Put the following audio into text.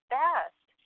best